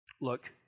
Look